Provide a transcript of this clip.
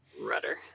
Rudder